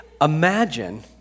Imagine